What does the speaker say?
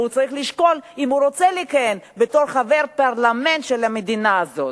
והוא צריך לשקול אם הוא רוצה לכהן בתור חבר פרלמנט של המדינה הזאת.